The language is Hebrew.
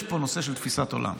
יש פה נושא של תפיסת עולם,